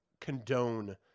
condone